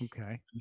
Okay